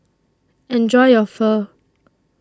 Enjoy your Pho